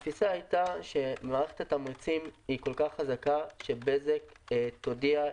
התפיסה הייתה שמאחר ומערכת התמריצים כל כך חזקה בזק תודיע,